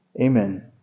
Amen